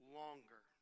longer